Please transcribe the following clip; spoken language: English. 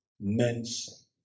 men's